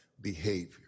behavior